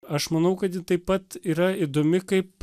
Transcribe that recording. aš manau kad ji taip pat yra įdomi kaip